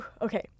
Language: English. Okay